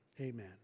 amen